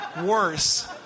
worse